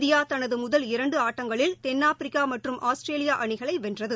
India தனது முதல் இரண்டு ஆட்டங்களில் தென்னாப்பிரிக்கா மற்றும் ஆஸ்திரேலியா அணிகளை வென்றது